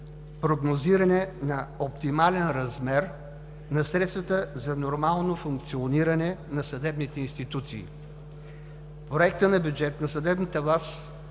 прогнозиране на оптимален размер на средствата за нормално функциониране на съдебните институции. Проектът на бюджет на съдебната власт